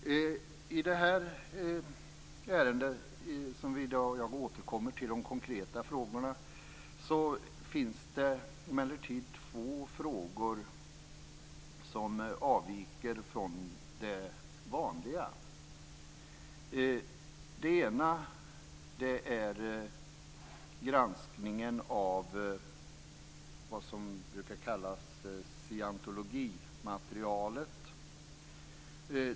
I det ärende som vi i dag behandlar - jag återkommer senare till de konkreta frågorna - finns det emellertid två frågor som avviker från det vanliga. Den ena gäller granskningen av vad som brukar kallas för scientologimaterialet.